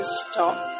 stop